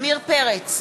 עמיר פרץ,